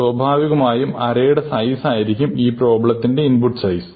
സ്വാഭാവികമായും അറയുടെ സൈസ് ആയിരിക്കും ഈ പ്രോബ്ലത്തിന്റെ ഇൻപുട് സൈസ്